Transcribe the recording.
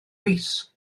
rees